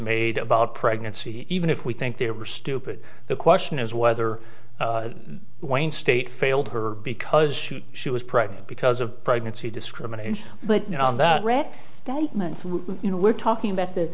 made about pregnancy even if we think they are stupid the question is whether wayne state failed her because she was pregnant because of pregnancy discrimination but on that read statements you know we're talking about th